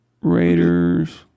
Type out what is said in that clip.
Raiders